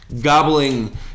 gobbling